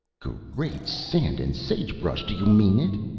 gr-eat sand and sage-brush! do you mean it?